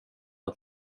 att